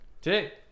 today